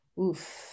Oof